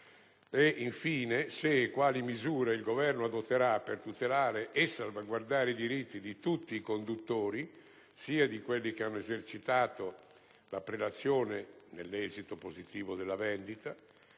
Ed infine: «se e quali misure il Governo adotterà per tutelare e salvaguardare i diritti di tutti i conduttori, sia di quelli che hanno esercitato la prelazione nell'esito positivo della vendita,